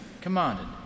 commanded